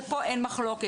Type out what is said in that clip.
ופה אין מחלוקת.